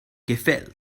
gefällt